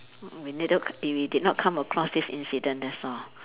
mm we needed if we did not come across this incident that's all